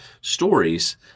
stories